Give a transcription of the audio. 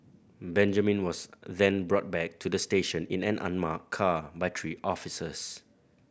Benjamin was then brought back to the station in an unmarked car by three officers